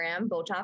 Botox